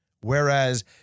Whereas